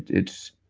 it's.